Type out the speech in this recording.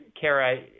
Kara